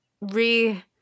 re –